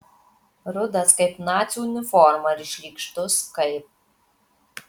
rudas kaip nacių uniforma ir šlykštus kaip